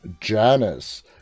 Janice